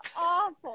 awful